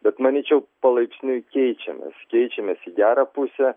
bet manyčiau palaipsniui keičiamės keičiamės į gerą pusę